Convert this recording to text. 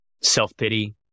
Self-pity